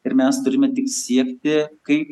ir mes turime tik siekti kaip